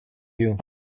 you